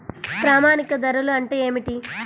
ప్రామాణిక ధరలు అంటే ఏమిటీ?